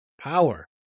power